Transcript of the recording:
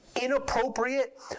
inappropriate